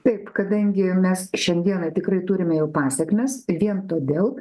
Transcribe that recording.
taip kadangi mes šiandieną tikrai turime jau pasekmes vien todėl